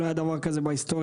לא היה דבר כזה בהיסטוריה,